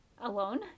alone